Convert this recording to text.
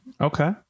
Okay